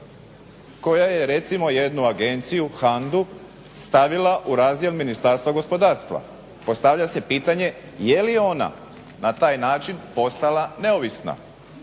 koja je recimo jednu agenciju HANDA-u stavila u razdjel Ministarstva gospodarstva. Postavlja se pitanje je li ona na taj način postala neovisna